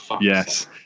yes